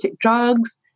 drugs